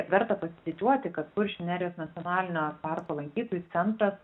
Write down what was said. verta pasididžiuoti kad kuršių nerijos nacionalinio parko lankytojų centras